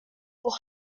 pour